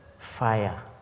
fire